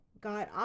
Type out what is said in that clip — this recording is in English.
God